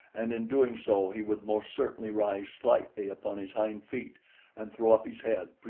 and in doing so, he would most certainly rise slightly upon his hind feet and throw up his head,